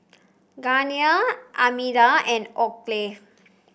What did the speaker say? Armida and